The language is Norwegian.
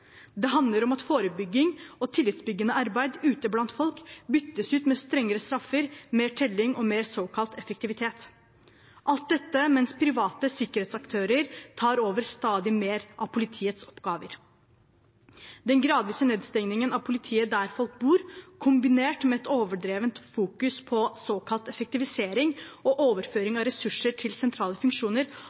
Det handler om at forebygging og tillitsbyggende arbeid ute blant folk byttes ut med strengere straffer, mer telling og mer såkalt effektivitet – alt dette mens private sikkerhetsaktører tar over stadig mer av politiets oppgaver. Den gradvise nedstengingen av politiet der folk bor, kombinert med at det i overdreven grad fokuseres på såkalt effektivisering og overføring av ressurser til sentrale funksjoner,